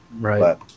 right